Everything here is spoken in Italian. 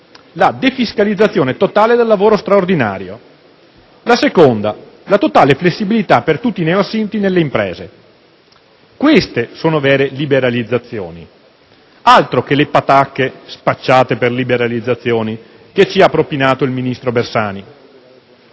la defiscalizzazione totale del lavoro straordinario; la seconda, la totale flessibilità per tutti i neoassunti nelle imprese. Queste sono vere liberalizzazioni, altro che le patacche, spacciate per liberalizzazioni, che ci ha propinato il ministro Bersani.